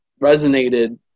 resonated